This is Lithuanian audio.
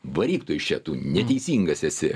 varyk tu iš čia tu neteisingas esi